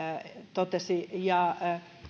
totesi ja